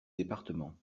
départements